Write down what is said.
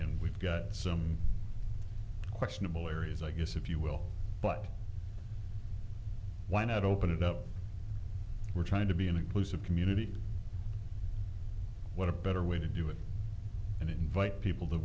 know we've got some questionable areas i guess if you will but why not open it up we're trying to be an inclusive community what a better way to do it and invite people th